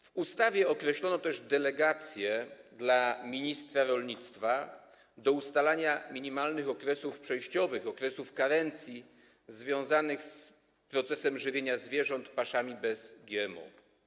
W ustawie określono też delegację dla ministra rolnictwa do ustalania minimalnych okresów przejściowych, okresów karencji związanych z procesem żywienia zwierząt paszami bez GMO.